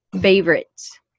favorites